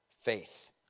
faith